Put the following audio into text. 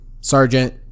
sergeant